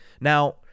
Now